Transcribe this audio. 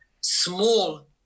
small